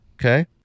Okay